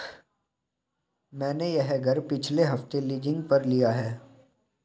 मैंने यह घर पिछले हफ्ते लीजिंग पर लिया है